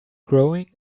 growing